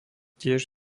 tiež